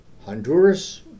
Honduras